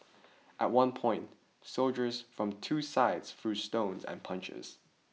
at one point soldiers from two sides threw stones and punches